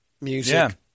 music